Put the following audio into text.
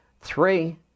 Three